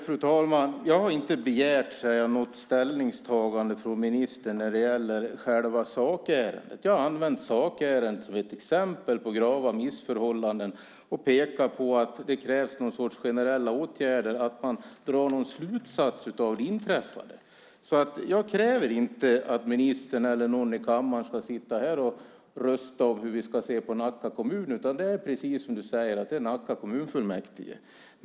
Fru talman! Jag har inte begärt något ställningstagande från ministern när det gäller själva sakärendet. Jag har använt sakärendet som ett exempel på grava missförhållanden och pekat på att det krävs någon sorts generella åtgärder och att man drar någon slutsats av det inträffade. Jag kräver inte att ministern eller någon i kammaren ska sitta här och rösta om hur vi ska se på Nacka kommun. Det är precis som ministern säger: Det är en fråga för Nackas kommunfullmäktige.